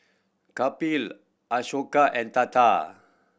Kapil Ashoka and Tata